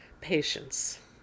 patience